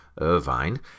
Irvine